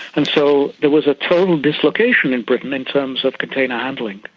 and so there was a total dislocation in britain in terms of container handling.